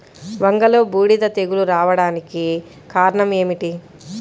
వంగలో బూడిద తెగులు రావడానికి కారణం ఏమిటి?